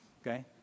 Okay